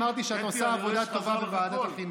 אמרתי שאת עושה עבודה טובה בוועדת החינוך.